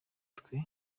twe